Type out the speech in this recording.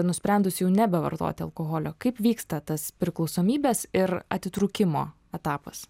nusprendus jau nebevartoti alkoholio kaip vyksta tas priklausomybės ir atitrūkimo etapas